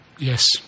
Yes